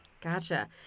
Gotcha